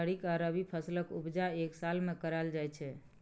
खरीफ आ रबी फसलक उपजा एक साल मे कराएल जाइ छै